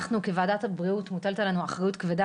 עלינו כוועדת הבריאות מוטלת אחריות כבדה,